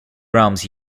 realms